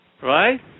right